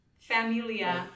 Familia